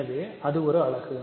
எனவே இது ஒரு அலகு